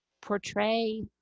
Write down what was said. portray